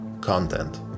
content